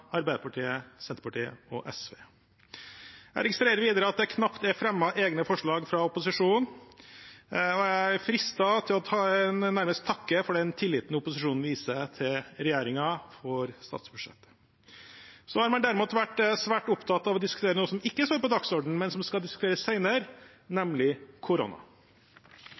Arbeiderpartiet, Senterpartiet og SV. Jeg registrerer videre at det knapt er fremmet egne forslag fra opposisjonen, og jeg er fristet til nærmest å takke for den tilliten opposisjonen viser til regjeringen for statsbudsjettet. Så har man derimot vært svært opptatt av å diskutere noe som ikke står på dagsordenen, men som skal diskuteres senere, nemlig korona.